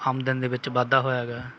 ਆਮਦਨ ਦੇ ਵਿੱਚ ਵਾਧਾ ਹੋਇਆ ਗਾ